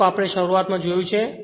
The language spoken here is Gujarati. થોડુંક આપણે શરૂઆતમાં જોયું છે